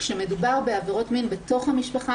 כשמדובר בעבירות מין בתוך המשפחה,